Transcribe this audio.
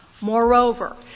Moreover